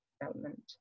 development